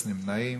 אין נמנעים,